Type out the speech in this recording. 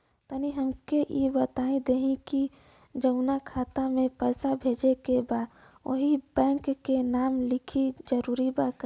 तनि हमके ई बता देही की जऊना खाता मे पैसा भेजे के बा ओहुँ बैंक के नाम लिखल जरूरी बा?